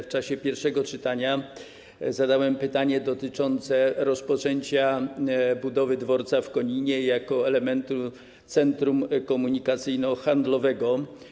W czasie pierwszego czytania zadałem pytanie dotyczące rozpoczęcia budowy dworca w Koninie jako elementu centrum komunikacyjno-handlowego.